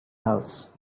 house